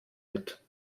mit